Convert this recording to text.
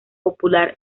popular